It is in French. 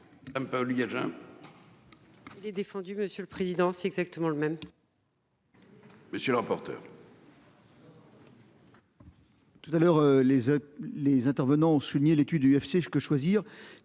M. Paoli-Gagin. Il est défendu, monsieur le président. C'est exactement le même. Monsieur le rapporteur.